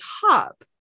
top